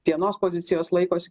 vienos pozicijos laikosi